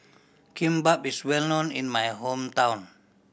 kimbap is well known in my hometown